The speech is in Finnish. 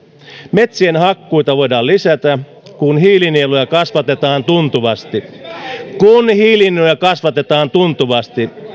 metsien hakkuita voidaan lisätä kun hiilinieluja kasvatetaan tuntuvasti kun hiilinieluja kasvatetaan tuntuvasti